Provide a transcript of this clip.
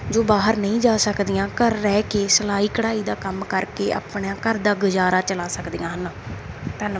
ਜੋ ਬਾਹਰ ਨਹੀਂ ਜਾ ਸਕਦੀਆਂ ਘਰ ਰਹਿ ਕੇ ਸਿਲਾਈ ਕਢਾਈ ਦਾ ਕੰਮ ਕਰਕੇ ਆਪਣਾ ਘਰ ਦਾ ਗੁਜ਼ਾਰਾ ਚਲਾ ਸਕਦੀਆਂ ਹਨ ਧੰਨ